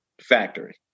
factory